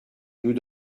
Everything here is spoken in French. nous